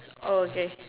oh okay